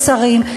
השרים,